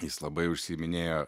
jis labai užsiiminėjo